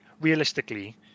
Realistically